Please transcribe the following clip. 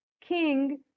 king